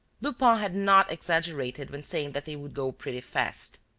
lupin had not exaggerated when saying that they would go pretty fast.